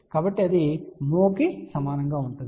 కాబట్టి అది mho కి సమానంగా ఉంటుంది